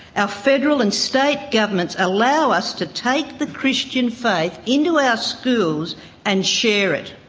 our federal and state governments allow us to take the christian faith into our schools and share it.